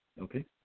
okay